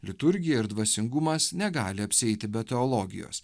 liturgija ir dvasingumas negali apsieiti be teologijos